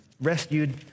rescued